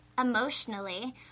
emotionally